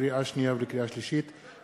לקריאה שנייה ולקריאה שלישית,